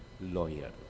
lawyer